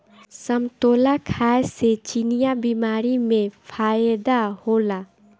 समतोला खाए से चिनिया बीमारी में फायेदा होला